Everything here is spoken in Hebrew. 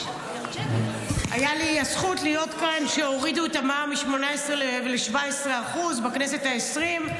הייתה לי הזכות להיות כאן כשהורידו את המע"מ מ-18% ל-17% בכנסת העשרים.